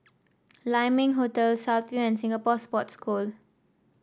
Lai Ming Hotel South View and Singapore Sports School